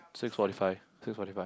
six forty five six forty five